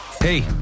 Hey